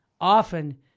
often